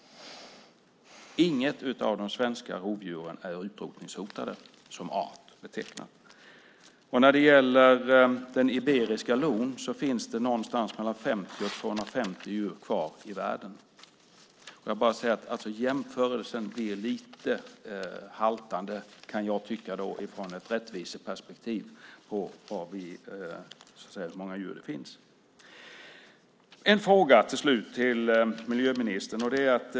Inget av de svenska rovdjuren är utrotningshotat som art betecknat. När det gäller den iberiska lon finns det någonstans mellan 50 och 250 djur kvar i världen. Jämförelsen blir därför lite haltande utifrån ett rättviseperspektiv av hur många djur det finns. Jag har en fråga till slut till miljöministern.